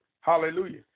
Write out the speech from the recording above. Hallelujah